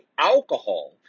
alcohol